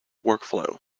workflow